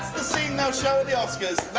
scene they'll show at the oscar's